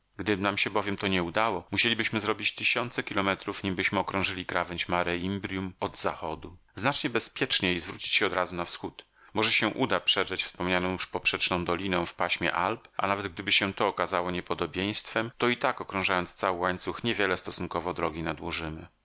gdyby nam się bowiem to nie udało musielibyśmy zrobić tysiące kilometrów nimbyśmy okrążyli krawędź mare imbrium od zachodu znacznie bezpieczniej zwrócić się odrazu na wschód może się uda przedrzeć wspomnianą już poprzeczną doliną w paśmie alp a nawet gdyby się to okazało niepodobieństwem to i tak okrążając cały łańcuch niewiele stosunkowo drogi